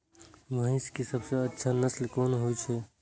भैंस के सबसे अच्छा नस्ल कोन होय छे?